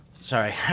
sorry